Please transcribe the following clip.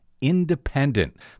independent